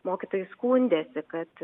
mokytojai skundėsi kad